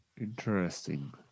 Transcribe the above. Interesting